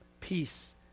peace